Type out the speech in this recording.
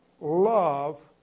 love